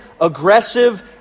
aggressive